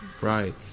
Right